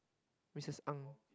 Mrs Ng